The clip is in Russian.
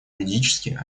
юридически